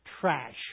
trash